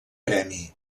premi